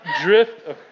drift